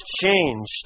changed